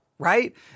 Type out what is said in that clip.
Right